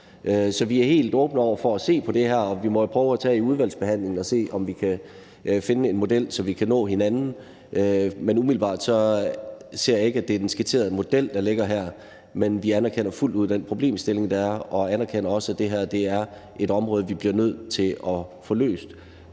Så vi er helt åbne over for at se på det her, og vi må jo prøve at se i udvalgsbehandlingen, om vi kan finde en model, så vi kan nå hinanden. Men umiddelbart ser jeg ikke, at det er den skitserede model, der ligger her. Men vi anerkender fuldt ud den problemstilling, der er, og vi anerkender også, at det her er et område, vi bliver nødt til at få løst.